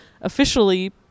officially